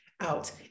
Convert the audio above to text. out